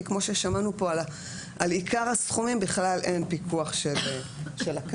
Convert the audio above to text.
כי כמו ששמענו פה על עיקר הסכומים בכלל אין פיקוח של הכנסת,